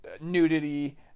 nudity